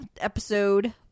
episode